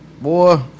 boy